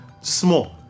Small